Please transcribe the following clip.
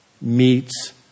meets